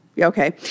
Okay